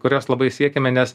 kurios labai siekiame nes